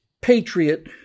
patriot